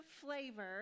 flavor